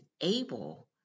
able